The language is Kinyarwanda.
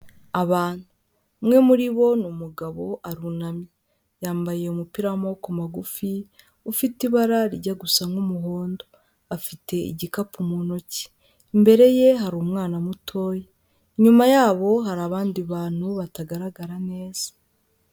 Abantu, umwe muri bo ni umugabo arunamye. yambaye umupira w'amaboko magufi, ufite ibara rijya gusa nk'umuhondo, afite igikapu mu ntoki, imbere ye hari umwana mutoya, inyuma yabo hari abandi bantu batagaragara neza.